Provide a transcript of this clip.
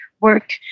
work